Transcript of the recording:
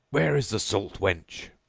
where is the salt wench?